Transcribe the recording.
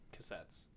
cassettes